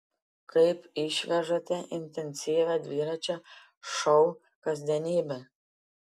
kaip išvežate intensyvią dviračio šou kasdienybę